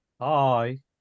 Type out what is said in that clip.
Hi